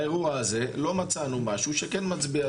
באירוע הזה לא מצאנו משהו שכן מצביע,